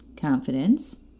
Confidence